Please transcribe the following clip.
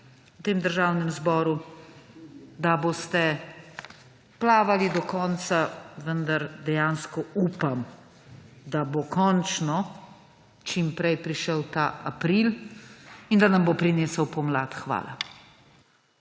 v tem državnem zboru, da boste plavali do konca. Vendar dejansko upam, da bo končno čim prej prišel ta april in da nam bo prinesel pomlad. Hvala.